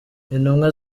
intumwa